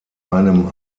einem